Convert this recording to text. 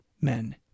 men